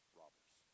robbers